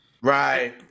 Right